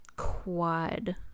quad